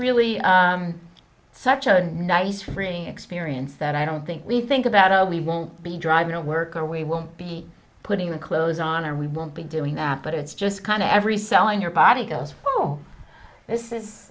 really such a nice freeing experience that i don't think we think about oh we won't be driving to work or we won't be putting the clothes on and we won't be doing that but it's just kind of every cell in your body goes oh this is